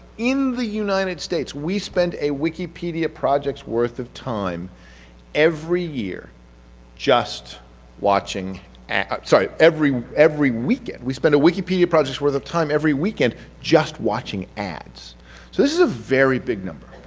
in the united states, we spend a wikipedia project's worth of time every year just watching i'm sorry, every every weekend. we spend a wikipedia project's worth of time every weekend just watching ads. so this is a very big number.